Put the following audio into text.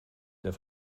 der